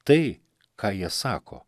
tai ką jie sako